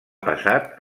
passat